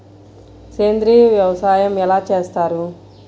సేంద్రీయ వ్యవసాయం ఎలా చేస్తారు?